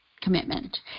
commitment